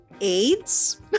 AIDS